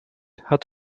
had